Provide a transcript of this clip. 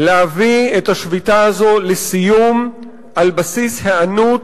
להביא את השביתה הזו לסיום על בסיס היענות